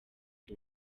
ndi